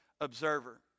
observer